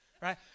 right